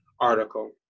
article